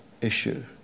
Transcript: issue